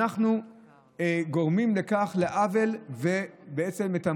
אנחנו גורמים כך לעוול ולתמריץ